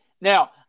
Now